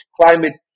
climate